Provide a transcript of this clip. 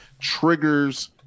triggers